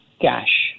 cash